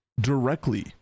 directly